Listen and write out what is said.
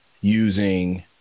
using